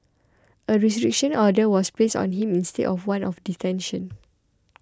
a restriction order was placed on him instead of one of detention